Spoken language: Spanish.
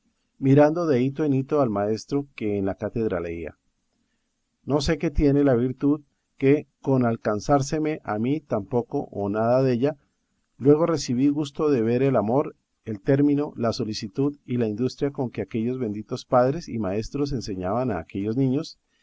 mirando de hito en hito al maestro que en la cátedra leía no sé qué tiene la virtud que con alcanzárseme a mí tan poco o nada della luego recibí gusto de ver el amor el término la solicitud y la industria con que aquellos benditos padres y maestros enseñaban a aquellos niños